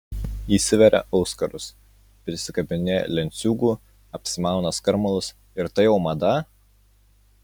įsiveria auskarus prisikabinėja lenciūgų apsimauna skarmalus ir tai jau mada